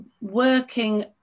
working